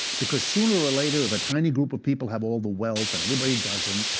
because sooner or later, if a tiny group of people have all the wealth and everybody doesn't,